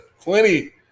plenty